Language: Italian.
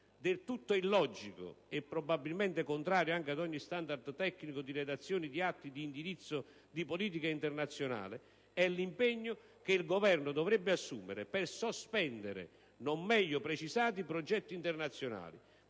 Del tutto illogico, e probabilmente contrario ad ogni *standard* tecnico di redazione di atti d'indirizzo di politica internazionale, è l'impegno che il Governo dovrebbe assumere per sospendere non meglio precisati progetti internazionali,